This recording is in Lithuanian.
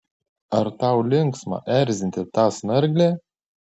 ar tau linksma erzinti tą snarglę